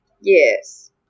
Yes